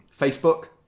Facebook